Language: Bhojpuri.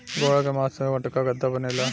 घोड़ा के मास से मोटका गद्दा बनेला